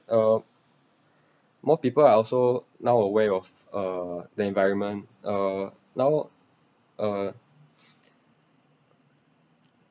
uh more people are also now aware of uh the environment uh now uh